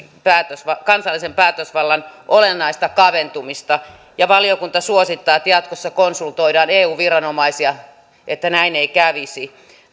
koskevan kansallisen päätösvallan olennaista kaventumista ja valiokunta suosittaa että jatkossa konsultoidaan eu viranomaisia että näin ei kävisi